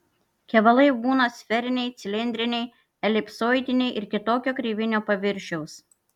kevalai būna sferiniai cilindriniai elipsoidiniai ir kitokio kreivinio paviršiaus